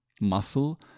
muscle